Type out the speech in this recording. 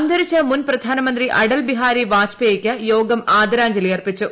അന്തരിച്ച മുൻ പ്രധാനമന്ത്രി അടൽ ബിഹാരി വാജ്പേയിക്ക് യോഗം ആദരാജ്ഞലിയർപ്പിച്ചു